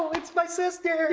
it's my sister.